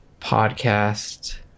podcast